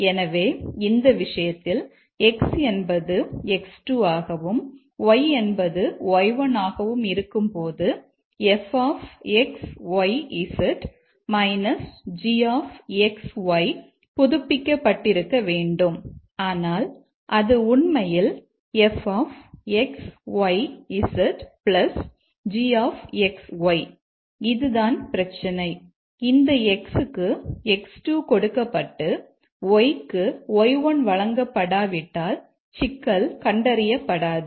எனவே இந்த விஷயத்தில் x என்பது x2 ஆகவும் y என்பது y1 ஆகவும் இருக்கும்போது f இதுதான் பிரச்சினை இந்த x க்கு x2 கொடுக்கப்பட்டு y க்கு y1 வழங்கப்படாவிட்டால் சிக்கல் கண்டறியப்படாது